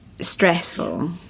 stressful